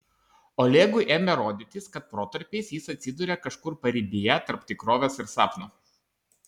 olegui ėmė rodytis kad protarpiais jis atsiduria kažkur paribyje tarp tikrovės ir sapno